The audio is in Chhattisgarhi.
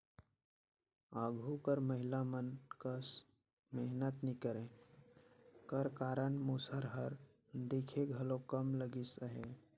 आघु कर महिला मन कस मेहनत नी करे कर कारन मूसर हर दिखे घलो कम लगिस अहे